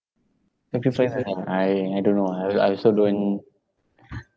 sacrifice ah I I don't know ah I I also don't